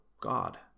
God